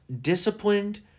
disciplined